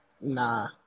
Nah